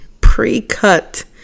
pre-cut